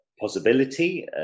possibility